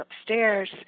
upstairs